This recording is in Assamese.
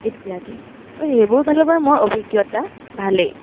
ইত্যাদি ত' সেইবোৰ ফালৰ পৰা মোৰ অভিজ্ঞতা ভালেই